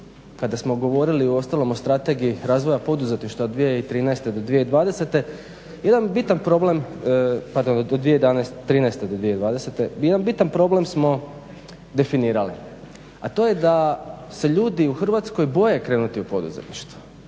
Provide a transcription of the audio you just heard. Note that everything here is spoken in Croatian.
od 2013. do 2020. jedan bitan problem, pardon od 2013. do 2020. jedan bitan problem smo definirali a to je da se ljudi u Hrvatskoj boje krenuti u poduzetništvo,